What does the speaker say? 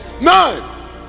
None